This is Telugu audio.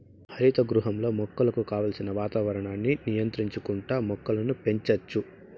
హరిత గృహంలో మొక్కలకు కావలసిన వాతావరణాన్ని నియంత్రించుకుంటా మొక్కలను పెంచచ్చు